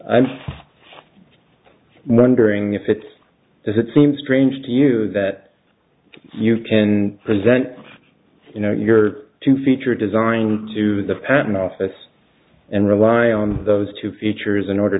i'm wondering if it's this it seems strange to you that you can present you know your two feature design to the patent office and rely on those two features in order